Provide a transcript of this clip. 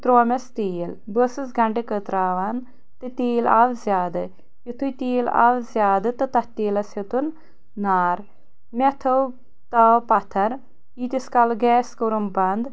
تہٕ ترٛومَس تیٖل بہٕ ٲسٕس گَنٛڈٕ کتراوَن تہٕ تیٖل آو زیادٕ یُتھُے تیٖل آو زیادٕ تہٕ تَتھ تیٖلَس ہیوٚتُن نار مے تھٲو تٲو پَتَھر یٖتِس کالَس گیس کوٚرُم بنٛد